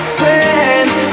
friends